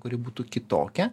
kuri būtų kitokia